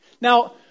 Now